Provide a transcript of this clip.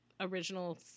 Original